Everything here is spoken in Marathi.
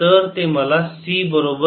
तर ते मला c बरोबर 0 देते